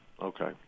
Okay